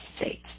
States